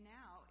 now